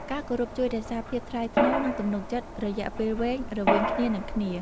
ការគោរពជួយរក្សាភាពថ្លៃថ្នូរ និងទំនុកចិត្តរយៈពេលវែងរវាងគ្នានឹងគ្នា។